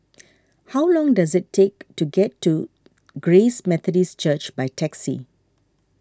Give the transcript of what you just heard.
how long does it take to get to Grace Methodist Church by taxi